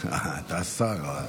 אתה השר.